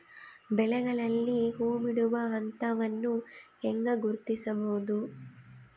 ಬೆಳೆಗಳಲ್ಲಿ ಹೂಬಿಡುವ ಹಂತವನ್ನು ಹೆಂಗ ಗುರ್ತಿಸಬೊದು?